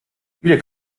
viele